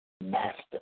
master